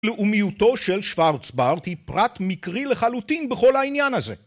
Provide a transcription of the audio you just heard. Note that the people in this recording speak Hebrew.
לאומיותו של שוורצברט, היא פרט מקרי לחלוטין בכל העניין הזה.